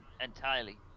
entirely